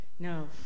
No